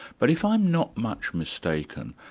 but if i'm not much mistaken,